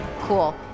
Cool